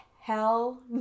Hell